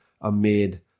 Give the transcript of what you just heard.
amid